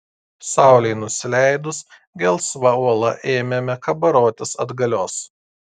saulei nusileidus gelsva uola ėmėme kabarotis atgalios